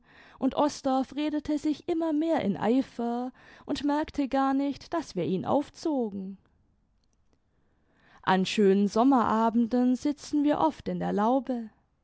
und osdorff redete sich immer mehr in eifer und merkte gar nicht daß wir ihn aufzogen an schönen sommerabenden sitzen wir oft in der laube